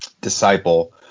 disciple